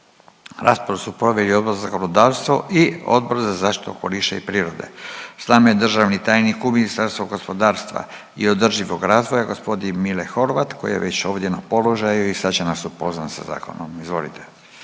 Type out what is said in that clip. Raspravu su proveli Odbor za zakonodavstvo i Odbor za zaštitu okoliša i prirode. S nama je državni tajnik u Ministarstvu gospodarstva i održivog razvoja g. Mile Horvat koji je već ovdje na položaju i sad će nas upoznat sa zakonom, izvolite.